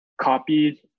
copied